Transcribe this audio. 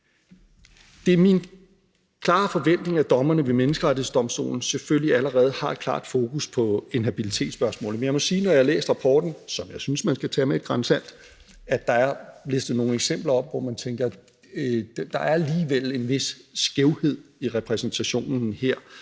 Det er min klare forventning, at dommerne ved Menneskerettighedsdomstolen selvfølgelig allerede har et klart fokus på inhabilitetsspørgsmålet, men jeg må sige, efter at jeg har læst rapporten, som jeg synes man skal tage med et gran salt, at der er listet nogle eksempler op, hvor man tænker, at der alligevel er en vis skævhed i repræsentationen her.